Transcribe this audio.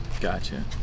Gotcha